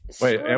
Wait